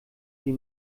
die